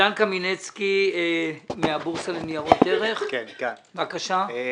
דן קמינצקי מהבורסה לניירות ערך, בבקשה.